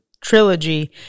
trilogy